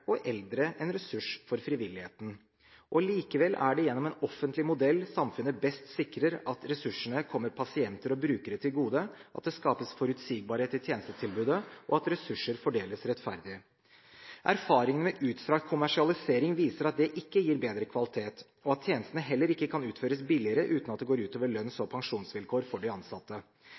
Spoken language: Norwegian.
og eldre en ressurs for frivilligheten. Likevel er det gjennom en offentlig modell samfunnet best sikrer at ressursene kommer pasienter og brukere til gode, at det skapes forutsigbarhet i tjenestetilbudet, og at ressurser fordeles rettferdig. Erfaringene med utstrakt kommersialisering viser at det ikke gir bedre kvalitet, og at tjenestene heller ikke kan utføres billigere uten at det går ut over lønns- og pensjonsvilkår for de ansatte.